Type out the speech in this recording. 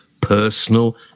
personal